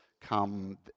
come